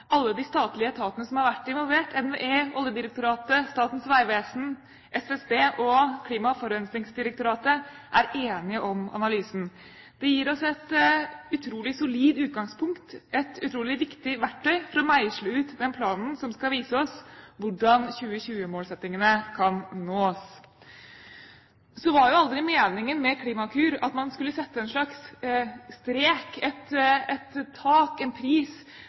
alle de statlige etatene som har vært involvert, NVE, Oljedirektoratet, Statens vegvesen, SSB og Klima- og forurensningsdirektoratet, er enige om analysen. Det gir oss et utrolig solid utgangspunkt, et utrolig viktig verktøy for å meisle ut den planen som skal vise oss hvordan 2020-målsettingene kan nås. Det var jo aldri meningen med Klimakur at man skulle sette en slags strek, et tak, en pris